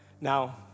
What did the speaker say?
Now